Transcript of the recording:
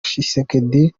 tshisekedi